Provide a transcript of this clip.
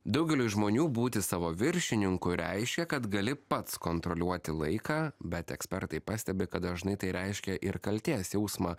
daugeliui žmonių būti savo viršininku reiškia kad gali pats kontroliuoti laiką bet ekspertai pastebi kad dažnai tai reiškia ir kaltės jausmą